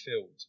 filled